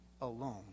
alone